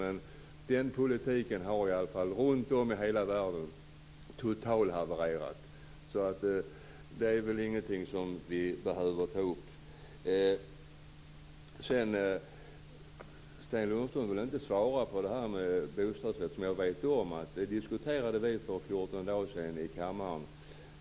Men den politiken har runt om i hela världen totalhavererat, så det är väl ingenting vi behöver ta upp. Sten Lundström vill inte svara på frågan om bostadsrätter. Jag vet att vi diskuterade det i kammaren för 14 dagar sedan.